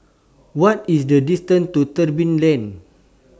What IS The distance to Tebing Lane